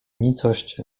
nicość